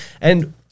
And-